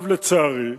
לצערי,